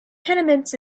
tenements